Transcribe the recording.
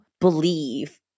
believe